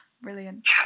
Brilliant